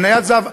מניית זהב,